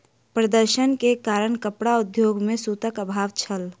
प्रदर्शन के कारण कपड़ा उद्योग में सूतक अभाव छल